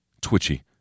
twitchy